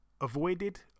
avoided